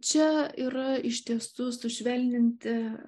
čia yra iš tiesų sušvelninti